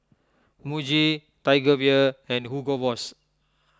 Muji Tiger Beer and Hugo Boss